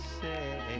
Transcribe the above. say